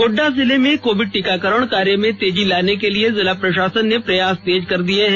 गोड़डा जिले में कोविड टीकाकरण कार्य में तेजी लाने के लिए जिला प्रशासन ने प्रयास तेज कर दिए हैं